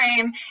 frame